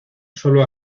sólo